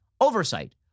Oversight